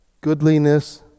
goodliness